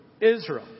Israel